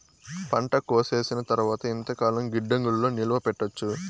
పంట కోసేసిన తర్వాత ఎంతకాలం గిడ్డంగులలో నిలువ పెట్టొచ్చు?